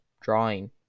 drawing